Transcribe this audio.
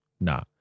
No